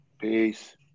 peace